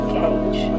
cage